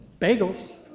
Bagels